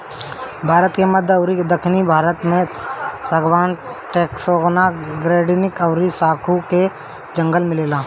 भारत के मध्य अउरी दखिन भाग में सागवान, टेक्टोना, ग्रैनीड अउरी साखू के जंगल मिलेला